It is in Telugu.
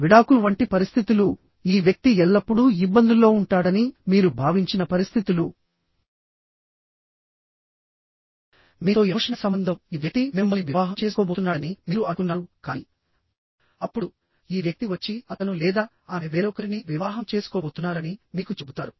విడాకులు వంటి పరిస్థితులు ఈ వ్యక్తి ఎల్లప్పుడూ ఇబ్బందుల్లో ఉంటాడని మీరు భావించిన పరిస్థితులుమీతో ఎమోషనల్ సంబంధం ఈ వ్యక్తి మిమ్మల్ని వివాహం చేసుకోబోతున్నాడని మీరు అనుకున్నారు కానీఅప్పుడు ఈ వ్యక్తి వచ్చి అతను లేదా ఆమె వేరొకరిని వివాహం చేసుకోబోతున్నారని మీకు చెబుతారు